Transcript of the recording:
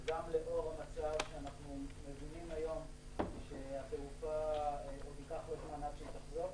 וגם לאור המצב שאנחנו מבינים היום שעוד ייקח זמן לתעופה עד שהיא תחזור,